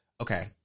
okay